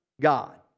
God